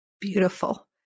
Beautiful